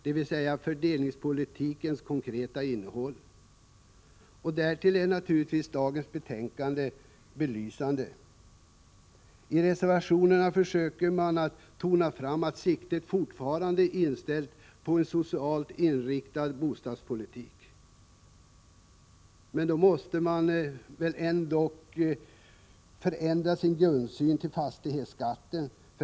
Det gäller alltså fördelningspolitikens konkreta innehåll. Dagens betänkande är belysande. I reservationerna försöker man tona fram att siktet fortfarande är inställt på en socialt inriktad bostadspolitik. Men då måste man väl ändå förändra sin grundsyn beträffande fastighetsskatten.